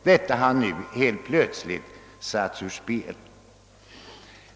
Allt detta har man nu helt plötsligt satt ur spel.